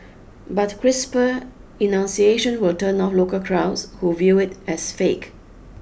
but crisper enunciation will turn off local crowds who view it as fake